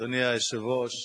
אדוני היושב-ראש,